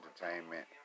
entertainment